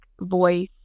voice